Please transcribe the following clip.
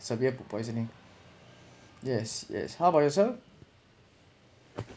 severe food poisoning yes yes how about yourself